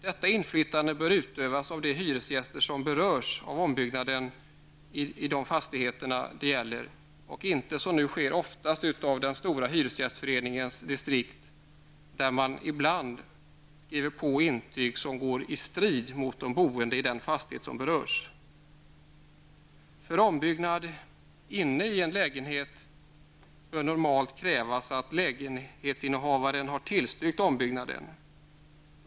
Detta inflytande bör utövas av de hyresgäster som berörs av ombyggnaden i de fastigheter det gäller och inte som nu oftast sker av den stora hyresgästföreningens distrikt. Ibland skriver man på intyg som går i strid med önskemålen från de boende i den berörda fastigheten. För ombyggnad inne i en lägenhet bör normalt krävas att lägenhetsinnehavaren har tillstyrkt ombyggnaden.